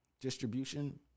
distribution